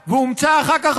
ואומצה אחר כך